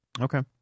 Okay